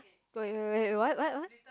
wait wait wait what what what